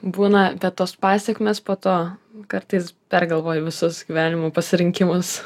būna bet tos pasekmės po to kartais pergalvoju visus gyvenimo pasirinkimus